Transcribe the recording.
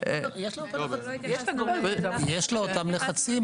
יש לה אותם לחצים,